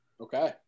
Okay